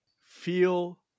feel